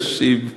קשים.